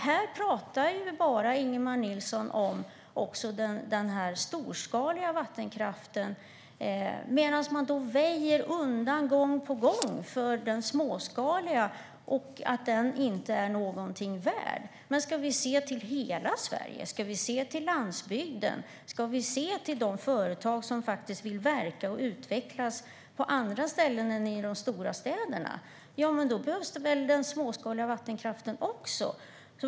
Här talar bara Ingemar Nilsson om den storskaliga vattenkraften medan man gång på gång väjer undan för den småskaliga och menar att den inte är någonting värd. Ska vi se till hela Sverige, landsbygden och de företag som vill verka och utvecklas på andra ställen än i de stora städerna behövs också den småskaliga vattenkraften.